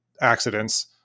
accidents